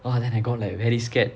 !wah! then I got like very scared